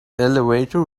elevator